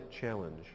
challenge